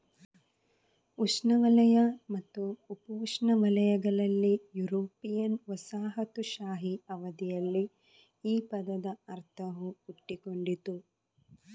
ಉಷ್ಣವಲಯ ಮತ್ತು ಉಪೋಷ್ಣವಲಯಗಳಲ್ಲಿ ಯುರೋಪಿಯನ್ ವಸಾಹತುಶಾಹಿ ಅವಧಿಯಲ್ಲಿ ಈ ಪದದ ಅರ್ಥವು ಹುಟ್ಟಿಕೊಂಡಿತು